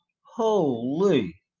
Holy